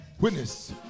witness